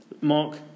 Mark